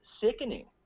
sickening